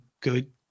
good